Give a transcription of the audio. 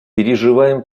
переживаем